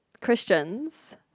Christians